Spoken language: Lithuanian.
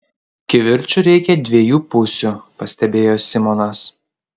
kivirčui reikia dviejų pusių pastebėjo simonas